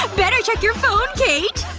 ah better check your phone, kate!